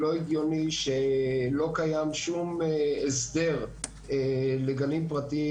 לא הגיוני שלא קיים שום הסדר לגנים פרטיים,